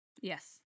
Yes